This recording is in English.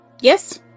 Yes